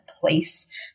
place